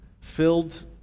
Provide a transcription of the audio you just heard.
filled